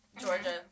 Georgia